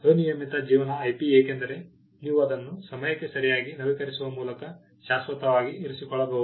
ಅನಿಯಮಿತ ಜೀವನ IP ಏಕೆಂದರೆ ನೀವು ಅದನ್ನು ಸಮಯಕ್ಕೆ ಸರಿಯಾಗಿ ನವೀಕರಿಸುವ ಮೂಲಕ ಶಾಶ್ವತವಾಗಿ ಇರಿಸಿಕೊಳ್ಳಬಹುದು